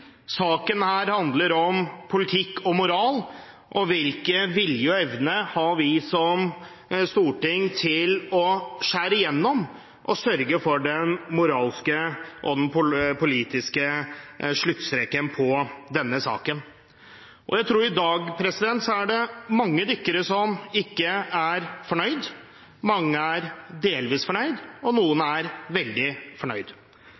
saken handler om politikk, moral og hvilken vilje og evne vi som storting har til å skjære igjennom og sørge for en moralsk og politisk sluttstrek for denne saken. I dag tror jeg det er mange dykkere som ikke er fornøyd. Mange er delvis fornøyd, og noen er veldig fornøyd.